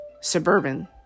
suburban